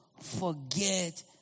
forget